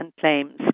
claims